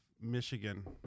Michigan